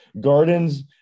Gardens